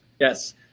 Yes